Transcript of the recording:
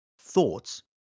thoughts